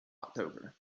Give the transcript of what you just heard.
october